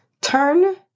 turn